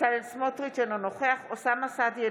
בצלאל סמוטריץ' אינו נוכח אוסאמה סעדי,